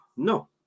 No